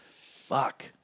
fuck